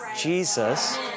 Jesus